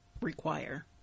require